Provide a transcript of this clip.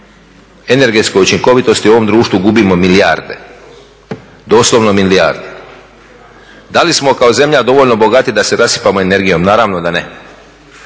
energetskoj učinkovitosti u ovom društvu gubimo milijarde, doslovno milijarde. Da li smo dovoljno bogati da se rasipamo energijom? Naravno da ne,